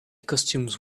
costumes